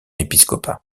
épiscopat